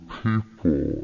people